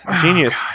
genius